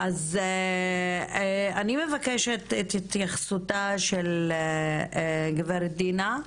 אני מבקשת את התייחסותה של גברת דינה,